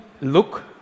look